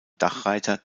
dachreiter